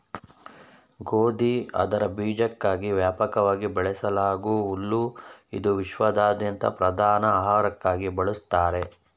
ಗೋಧಿ ಅದರ ಬೀಜಕ್ಕಾಗಿ ವ್ಯಾಪಕವಾಗಿ ಬೆಳೆಸಲಾಗೂ ಹುಲ್ಲು ಇದು ವಿಶ್ವಾದ್ಯಂತ ಪ್ರಧಾನ ಆಹಾರಕ್ಕಾಗಿ ಬಳಸ್ತಾರೆ